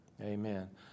Amen